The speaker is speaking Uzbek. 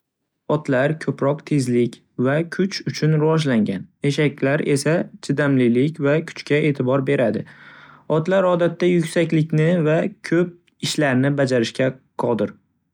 Otlar ko'proq tezlik va kuch uchun rivojlangan, eshaklar esa chidamlilik va kuchga e'tibor beradi. Otlar odatda yuksaklikni va ko'p ishlarni bajarishga qodir.